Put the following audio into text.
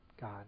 God